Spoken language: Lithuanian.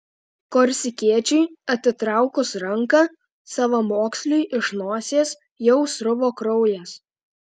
korsikiečiui atitraukus ranką savamoksliui iš nosies jau sruvo kraujas